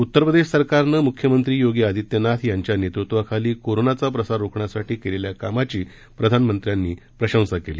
उतर प्रदेश सरकारनं मुख्यमंत्री योगी आदित्यनाथ यांच्या नेतृत्वाखाली कोरोनाचा प्रसार रोखण्यासाठी केलेल्या कामाची त्यांनी प्रशंसा केली